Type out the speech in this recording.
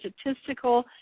Statistical